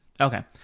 Okay